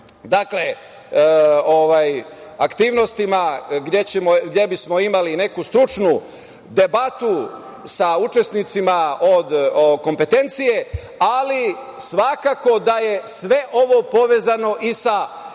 raznim aktivnostima gde bismo imali neku stručnu debatu sa učesnicima od kompetencije, ali svakako da je sve ovo povezano i sa